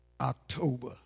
October